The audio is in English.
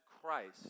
Christ